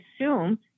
assume